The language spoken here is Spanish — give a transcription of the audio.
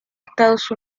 estados